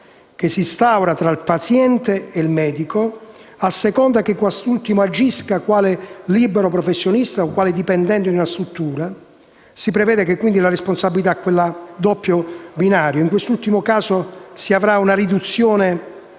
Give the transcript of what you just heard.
che si instaura tra il paziente e il medico, a seconda che quest'ultimo agisca quale libero professionista o quale dipendente di una struttura, si prevede la responsabilità a doppio binario. Segnalo che si avrà una riduzione